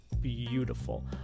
beautiful